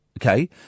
okay